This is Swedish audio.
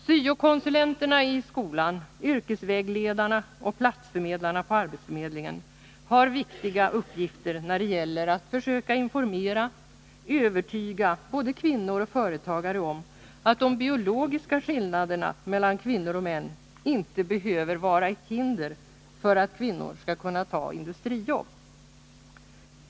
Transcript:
Syo-konsulenterna i skolan, yrkesvägledarna och platsförmedlarna på arbetsförmedlingen har viktiga uppgifter när det gäller att försöka informera och övertyga både kvinnor och företagare om att de biologiska skillnaderna mellan kvinnor och män inte behöver vara ett hinder för att kvinnor skall kunna ta industrijobb.